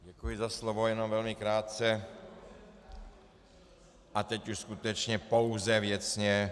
Děkuji za slovo, jen velmi krátce a teď už skutečně pouze věcně.